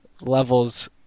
levels